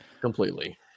completely